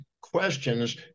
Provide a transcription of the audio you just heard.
questions